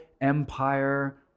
empire